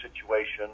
situation